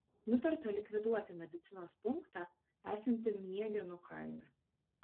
nutarta likviduoti medicinos punktą esantį miegėnų kaime